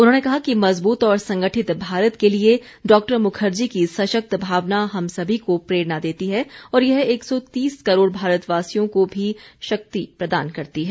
उन्होंने कहा कि मजबूत और संगठित भारत के लिए डॉ मुखर्जी की सशक्त भावना हम सभी को प्रेरणा देती है और यह एक सौ तीस करोड़ भारतवासियों को शक्ति भी प्रदान करती है